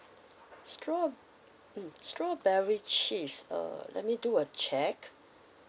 straw~ mm strawberry cheese uh let me do a check